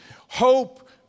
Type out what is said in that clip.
hope